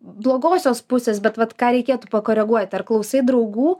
blogosios pusės bet vat ką reikėtų pakoreguoti ar klausai draugų